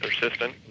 persistent